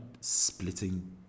splitting